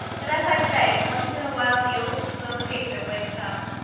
but, as i say, once in a while the old slow pacer wakes up.